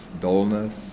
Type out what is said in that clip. dullness